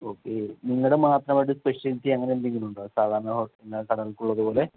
okay നിങ്ങളുടെ മാത്രമായിട്ട് special tea അങ്ങനെ എന്തെങ്കിലും ഉണ്ടോ സാധാരണ ഹോട്ടൽ നടത്തുന്ന ആൾക്കാർക്കുള്ളത് പോലെ